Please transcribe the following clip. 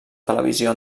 televisió